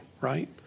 right